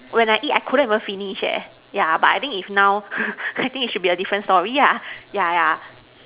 when I eat I couldn't even finish yeah but I think if now I think it should be a different story yeah yeah